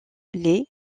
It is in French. les